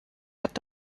hat